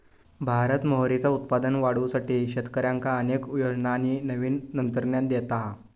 भारत मोहरीचा उत्पादन वाढवुसाठी शेतकऱ्यांका अनेक योजना आणि नवीन तंत्रज्ञान देता हा